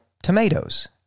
tomatoes